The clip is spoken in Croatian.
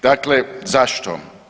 Dakle, zašto?